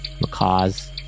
macaws